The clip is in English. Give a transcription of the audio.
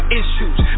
issues